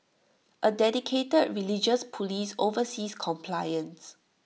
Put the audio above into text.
A dedicated religious Police oversees compliance